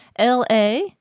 LA